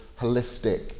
holistic